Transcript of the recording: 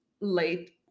late